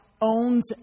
owns